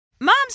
moms